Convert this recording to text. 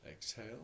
Exhale